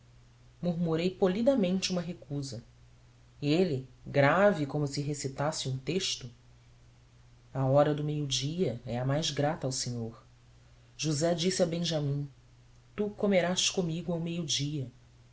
esfomeados murmurei polidamente uma recusa e ele grave como se recitasse um texto a hora do meio-dia é a mais grata ao senhor josé disse a benjamim tu comerás comigo ao meio-dia mas